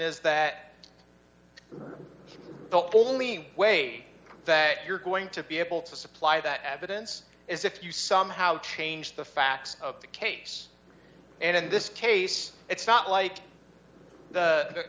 is that the only way that you're going to be able to supply that evidence is if you somehow change the facts of the case and in this case it's not like the